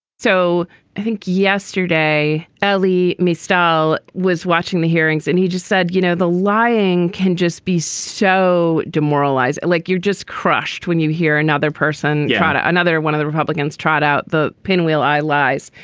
so i think yesterday ellie mae style was watching the hearings and he just said, you know, the lying can just be so demoralized, like you're just crushed when you hear another person another one of the republicans trot out the pinwheel eye lies.